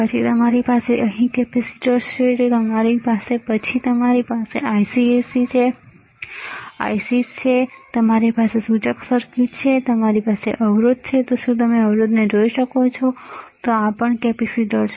પછી તમારી પાસે અહીં કેપેસિટર્સ છે અહીં પછી તમારી પાસે પછી તમારી પાસે ICs છે તમારી પાસે સૂચક સર્કિટ છે તમારી પાસે અવરોધ છે શું તમે અવરોધને જોઈ શકો છો તો આ પણ કેપેસિટર છે